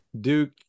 Duke